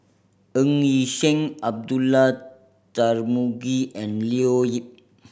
Ng Yi Sheng Abdullah Tarmugi and Leo Yip